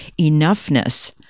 enoughness